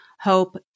hope